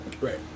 Right